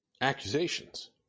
Accusations